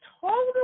total